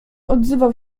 odzywał